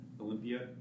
Olympia